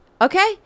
Okay